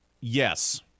yes